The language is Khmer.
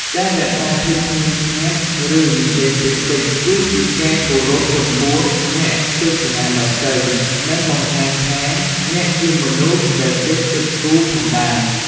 ការរក្សាភាពស្ងៀមស្ងាត់ ឬនិយាយតិចៗ គឺជាការគោរពចំពោះអ្នកទស្សនាដទៃ និងបង្ហាញថាអ្នកជាមនុស្សដែលចេះគិតគូរផងដែរ។